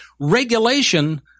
Regulation